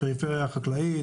הפריפריה החקלאית,